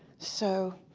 so,